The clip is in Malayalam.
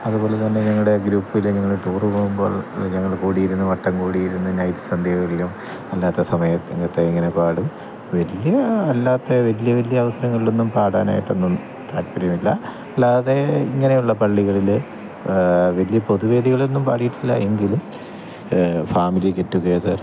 അതുപോലെ തന്നെ ഞങ്ങളുടെ ഗ്രൂപ്പിൽ ഞങ്ങൾ ടൂറ് പോവുമ്പോള് അല്ലെങ്കിൽ ഞങ്ങൾ കൂടിയിരുന്ന് വട്ടം കൂടിയിരുന്ന് നൈറ്റ് സന്ധ്യകളിലും അല്ലാത്ത സമയത്ത് ഇങ്ങത്തെ ഇങ്ങനെ പാടും വലിയ അല്ലാത്തെ വലിയ വലിയ അവസരങ്ങളിലൊന്നും പാടാനായിട്ടൊന്നും താല്പ്പര്യമില്ല അല്ലാതെ ഇങ്ങനെയുള്ള പള്ളികളിൽ വലയ പൊതുവേദികളിലൊന്നും പാടിയിട്ടില്ല എങ്കിലും ഫാമിലി ഗെറ്റുഗേതര്